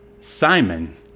Simon